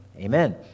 amen